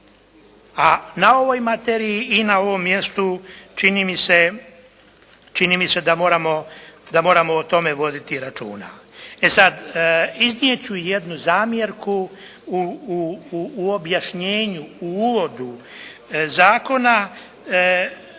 a na ovoj materiji i na ovom mjestu čini mi se da moramo o tome voditi računa. E sad, iznijeti ću jednu zamjerku u objašnjenju, u uvodu zakona